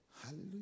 Hallelujah